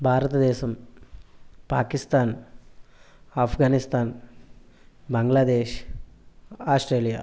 Bharatadesam Pakistan Afghanistan Bangladesh Australia